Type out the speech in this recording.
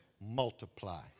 multiply